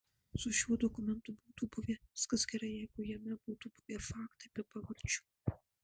su šiuo dokumentu būtų buvę viskas gerai jeigu jame būtų buvę faktai be pavardžių